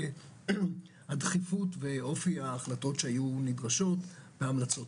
הדחיפות ואופי ההחלטות שהיו נדרשות בהמלצות.